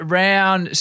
round